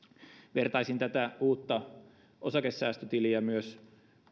vertaisin tätä uutta osakesäästötiliä myös